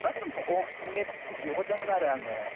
मानो होनबा अक्समिट बिहरदोंमोन आङो